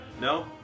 No